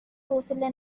حوصله